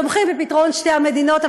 תומכים בפתרון שתי המדינות,